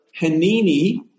Hanini